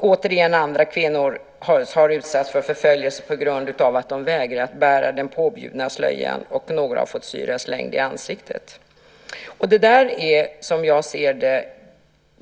Åter andra kvinnor har utsatts för förföljelse när de vägrat bära den påbjudna slöjan, och några har fått syra slängd i ansiktet. Som jag ser det är det här fråga om